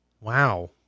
Wow